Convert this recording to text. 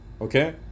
okay